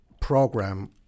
program